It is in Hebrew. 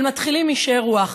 אבל מתחילים משאר רוח.